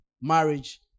marriage